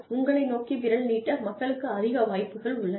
உங்களை நோக்கி விரல் நீட்ட மக்களுக்கு அதிக வாய்ப்புகள் உள்ளன